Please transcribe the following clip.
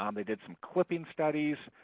um they did some clipping studies.